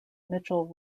mitchell